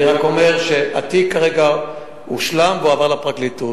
אני רק אומר שהתיק כרגע הושלם והועבר לפרקליטות.